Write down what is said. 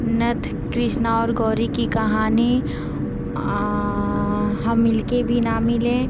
नथ कृष्णा और गौरी की कहानी हम मिलकर भी ना मिले